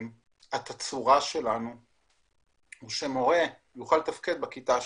התצורה שלנו הוא שמורה יוכל לתפקד בכיתה שלו.